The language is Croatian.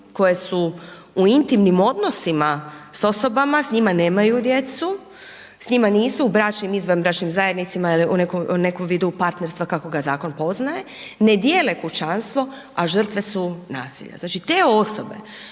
koje su u intimnim odnosima s osobama s njima nemaju djecu, s njima nisu u bračnim ili izvanbračnim zajednicama ili u nekom vidu partnerstva kako ga zakon poznaje, ne dijele kućanstvo, a žrtve su nasilja. Znači te osobe